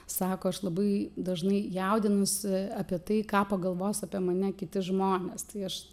sako aš labai dažnai jaudinuosi apie tai ką pagalvos apie mane kiti žmonės tai aš